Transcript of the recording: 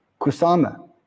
Kusama